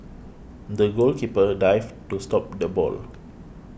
the goalkeeper dived to stop the ball